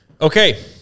Okay